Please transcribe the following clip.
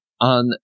on